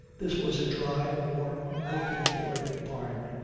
this was a dry, warm, oaken-floored barn,